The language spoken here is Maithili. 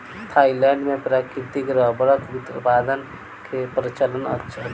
थाईलैंड मे प्राकृतिक रबड़क उत्पादन के प्रचलन अछि